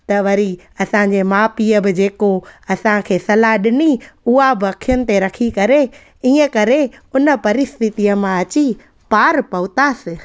त वरी असांजे माउ पीउ बि जेको असांखे सलाहु ॾिनी उहा बि अखियुनि ते रखी करे ईअं करे उन परिस्थितीअ मां अची पार पहुतासीं